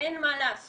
"אין מה לעשות,